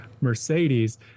Mercedes